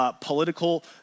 political